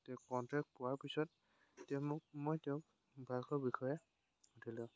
তেওঁ কনটেক্ট পোৱাৰ পিছত তেওঁ মো মই তেওঁক বাইকৰ বিষয়ে সুধিলোঁ